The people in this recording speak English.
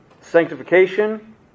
sanctification